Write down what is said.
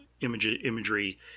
imagery